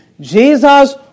Jesus